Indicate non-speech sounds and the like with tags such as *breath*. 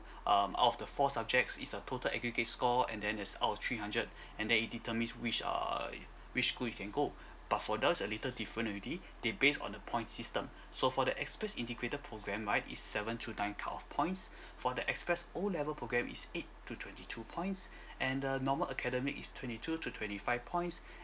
um out of the four subjects is a total aggregate score and then that's out of three hundred and then it determines which err which school you can go but for now a little different already they based on the point system so for the express integrated program right is seven to nine cut off points *breath* for the express O level program is eight to twenty two points *breath* and the normal academic is twenty two to twenty five points